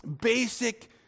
basic